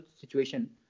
situation